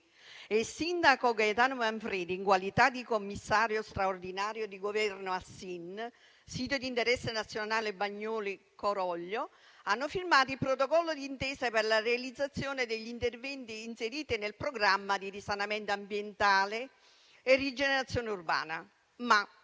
il sindaco Gaetano Manfredi, in qualità di commissario straordinario del Governo al sito di interesse nazionale (SIN) Bagnoli-Coroglio, hanno firmato il protocollo d'intesa per la realizzazione degli interventi inseriti nel programma di risanamento ambientale e rigenerazione urbana.